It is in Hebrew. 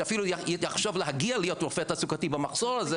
שאפילו יחשוב להגיע להיות רופא תעסוקתי במחסור הזה,